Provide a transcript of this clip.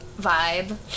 vibe